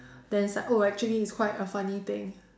then like oh actually it's quite a funny thing